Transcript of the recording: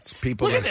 people